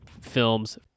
films